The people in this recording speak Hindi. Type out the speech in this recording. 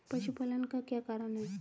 पशुपालन का क्या कारण है?